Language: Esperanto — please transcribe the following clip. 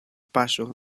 paŝo